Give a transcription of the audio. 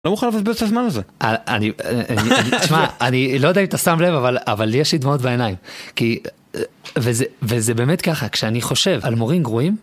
אני לא מוכן לבזבז את הזמן הזה, אני, תשמע, אני לא יודע אם אתה שם לב אבל אבל יש לי דמעות בעיניים כי וזה וזה באמת ככה כשאני חושב על מורים גרועים.